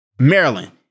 Maryland